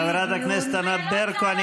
חברת הכנסת ענת ברקו,